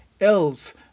else